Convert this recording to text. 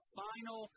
final